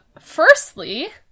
firstly